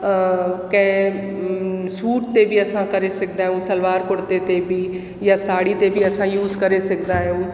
कंहिं सूट ते बि असां करे सघंदा आहियूं सलवार कुर्ते ते बि या साड़ी ते बि असां यूज़ करे सघंदा आहियूं